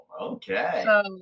okay